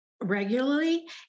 regularly